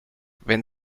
wenn